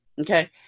okay